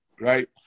right